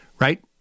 right